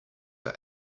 are